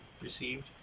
received